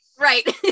Right